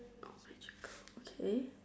got magical okay